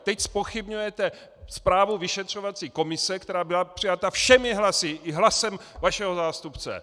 Teď zpochybňujete zprávu vyšetřovací komise, která byla přijata všemi hlasy, i hlasem vašeho zástupce!